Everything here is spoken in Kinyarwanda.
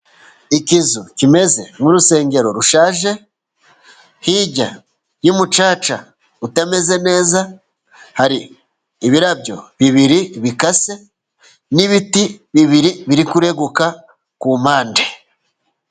Ikizu kimeze nk'urusengero rushaje ,hirya y'umucaca utameze neza ,hari ibirabyo bibiri bikase ,n'ibiti bibiri biri kureguka ku mpande.